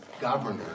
governor